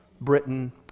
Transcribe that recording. Britain